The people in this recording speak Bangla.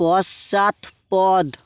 পশ্চাৎপদ